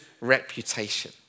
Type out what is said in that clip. reputation